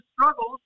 struggles